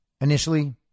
initially